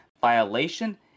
violation